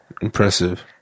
Impressive